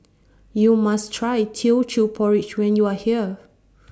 YOU must Try Teochew Porridge when YOU Are here